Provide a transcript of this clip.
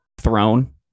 throne